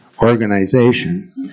Organization